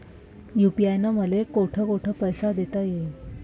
UPI न मले कोठ कोठ पैसे देता येईन?